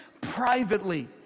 privately